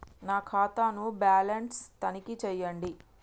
నా ఖాతా ను బ్యాలన్స్ తనిఖీ చేయండి?